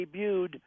debuted